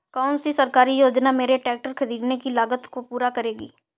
कौन सी सरकारी योजना मेरे ट्रैक्टर ख़रीदने की लागत को पूरा करेगी?